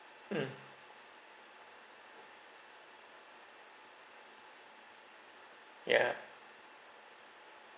mm ya